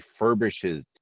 refurbishes